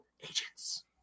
agents